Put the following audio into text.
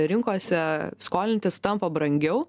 rinkose skolintis tampa brangiau